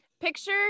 picture